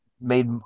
made